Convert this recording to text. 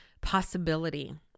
possibility